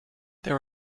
there